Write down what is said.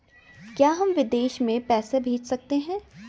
क्या हम विदेश में पैसे भेज सकते हैं?